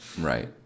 Right